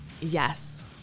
yes